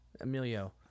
Emilio